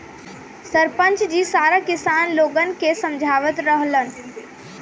सरपंच जी सारा किसान लोगन के समझावत रहलन